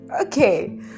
okay